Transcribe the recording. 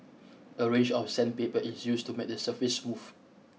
a range of sandpaper is used to make the surface smooth